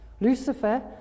Lucifer